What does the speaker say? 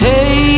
Hey